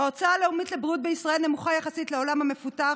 ההוצאה הלאומית לבריאות בישראל נמוכה יחסית לעולם המפותח.